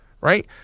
right